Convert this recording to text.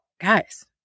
guys